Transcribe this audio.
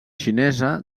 xinesa